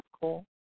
cool